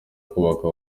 kubaka